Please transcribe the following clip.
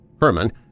Herman